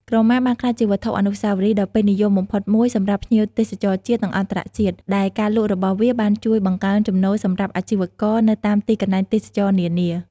ក្រមាបានក្លាយជាវត្ថុអនុស្សាវរីយ៍ដ៏ពេញនិយមបំផុតមួយសម្រាប់ភ្ញៀវទេសចរណ៍ជាតិ និងអន្តរជាតិ ដែលការលក់របស់វាបានជួយបង្កើនចំណូលសម្រាប់អាជីវករនៅតាមទីកន្លែងទេសចរណ៍នានា។